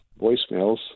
voicemails